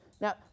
Now